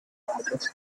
wireless